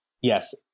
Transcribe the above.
Yes